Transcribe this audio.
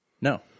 No